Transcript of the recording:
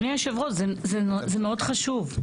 אדוני יושב-הראש זה חשוב מאוד.